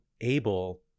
able